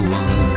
one